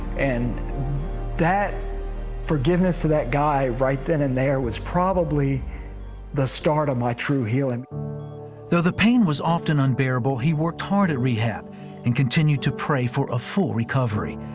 and that forgiveness to that guy right then and there was probably the start of my true healing. reporter though the pain was often unbearable, he worked hard at rehab and continued to pray for a full recovery.